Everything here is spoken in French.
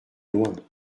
loin